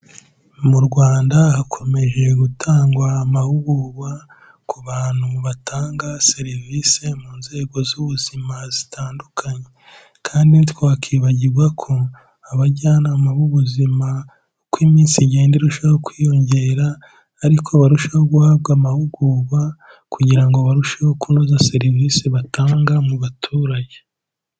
Mu Rwanda hakomeje gutangwa amahugugwa ku bantu batanga serivisi mu nzego z'ubuzima zitandukanye. Kandi ntitwakibagigwa ko abajyanama b'ubuzima ,uko iminsi igenda irushaho kwiyongera, ariko barushaho guhabwa amahugurwa, kugira ngo barusheho kunoza serivisi batanga mu baturage.